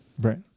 Right